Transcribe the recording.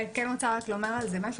אני כן רוצה רק לומר על זה משהו,